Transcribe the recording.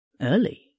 early